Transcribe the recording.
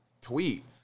tweet